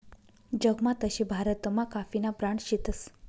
जगमा तशे भारतमा काफीना ब्रांड शेतस